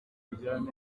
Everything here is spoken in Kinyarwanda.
ajyane